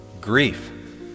Grief